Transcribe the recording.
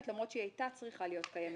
למרות שהיא הייתה צריכה להיות קיימת.